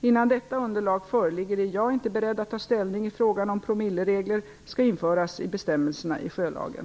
Innan detta underlag föreligger är jag inte beredd att ta ställning i frågan om promilleregler skall införas i bestämmelserna i sjölagen.